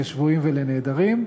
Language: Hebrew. לשבויים ולנעדרים.